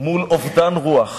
מול אובדן רוח.